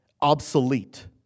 obsolete